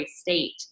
state